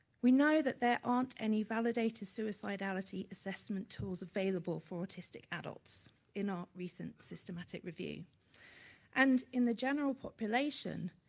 we know that there aren't any validated suicidallity assessment tools available for autistic adults in our recent systematic review and in the general population,